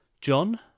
John